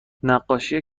نقاشی